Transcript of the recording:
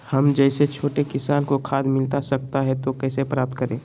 हम जैसे छोटे किसान को खाद मिलता सकता है तो कैसे प्राप्त करें?